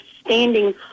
standing